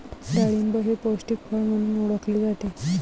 डाळिंब हे पौष्टिक फळ म्हणून ओळखले जाते